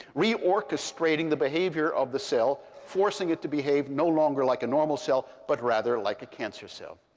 re-orchestrating the behavior of the cell, forcing it to behave no longer like a normal cell, but rather like a cancer cell.